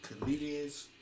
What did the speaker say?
comedians